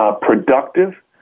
productive